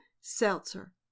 Seltzer